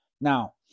Now